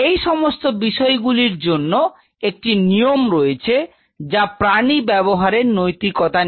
এই সমস্ত বিষয়গুলি জন্য একটি নিয়ম রয়েছে যা প্রাণী ব্যবহারের নৈতিকতা নিয়ে